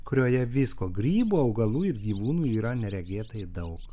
kurioje visko grybų augalų ir gyvūnų yra neregėtai daug